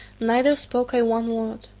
neither spoke i one word.